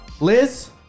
Liz